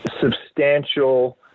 substantial